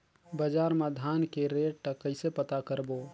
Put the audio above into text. बजार मा धान के रेट ला कइसे पता करबो?